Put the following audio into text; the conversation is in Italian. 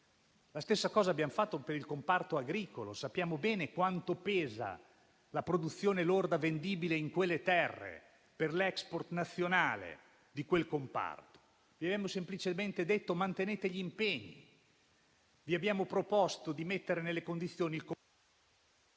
la stessa cosa per il comparto agricolo. Sappiamo bene quanto pesi la produzione lorda vendibile in quelle terre per l'*export* nazionale di quel comparto. Vi avevamo semplicemente chiesto di mantenere gli impegni. Vi abbiamo proposto di mettere il commissario